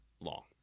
long